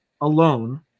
alone